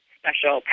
special